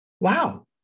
wow